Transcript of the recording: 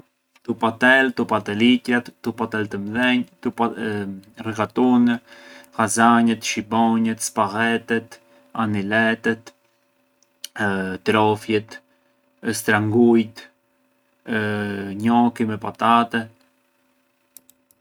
Tupatelë, Tupateliqëratë, tupatelë të mdhenjë, rigatunë, llasanjet, shibonjet, spaghetet, aniletet, trofjet, strangujtjtë, njoki me patate.